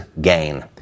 Gain